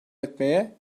etmeye